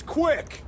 quick